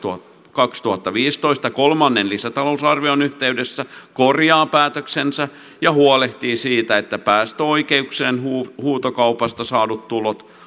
kaksituhattaviisitoista kolmannen lisätalousarvion yhteydessä korjaa päätöksensä ja huolehtii siitä että päästöoikeuksien huutokaupasta saadut tulot